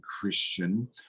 Christian